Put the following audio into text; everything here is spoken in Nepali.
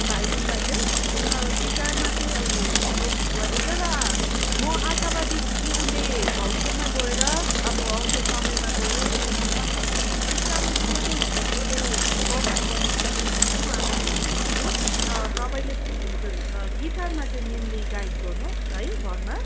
भायोलिनमा चाहिँ तर गिटारमा चाहिँ उसले कोसिस गर्दैछ र म आशावादी छु कि उसले भविष्यमा गएर अब आउँदो समयमा गएर उसले गिटारमा पनि एकदमै राम्रोसँगले उसले पर्फर्म गर्नसक्छ भनेर चाहिँ म आशावादी छु र तपाईँले पनि हजुर गिटारमा चाहिँ मेन्ली गाइड गर्नुहोस् है घरमा